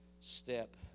step